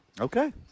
Okay